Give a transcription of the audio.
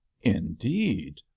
indeed